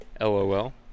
LOL